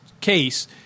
case